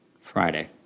Friday